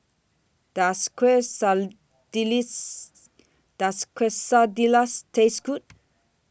Does Quesadillas Taste Good